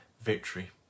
victory